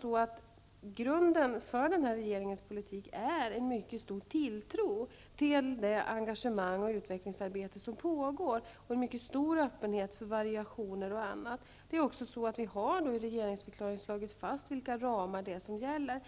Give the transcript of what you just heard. så att den nuvarande regeringens politik bygger på en mycket stor tilltro till det engagemang som finns och till det utvecklingsarbete som pågår. Vi har en mycket stor öppenhet för variationer och annat. Vi har också i regeringsförklaringen slagit fast vilka ramar det är som gäller.